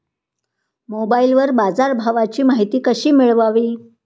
मोबाइलवर बाजारभावाची माहिती कशी मिळवावी?